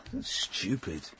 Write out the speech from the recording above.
stupid